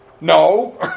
No